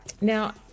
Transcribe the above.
Now